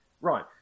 Right